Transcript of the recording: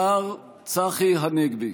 השר צחי הנגבי.